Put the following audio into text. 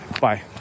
Bye